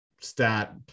stat